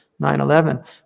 9-11